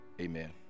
Amen